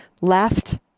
Left